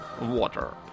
water